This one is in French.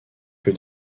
que